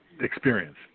experience